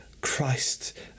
christ